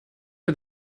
for